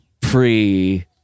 pre